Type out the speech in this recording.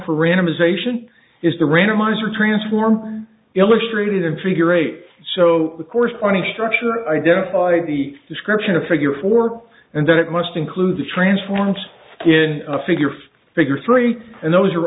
for randomization is the randomizer transform illustrated in figure eight so the corresponding structure identified the description of figure four and then it must include the transformed in a figure figure three and those are